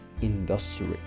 industry